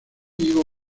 higo